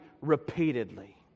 repeatedly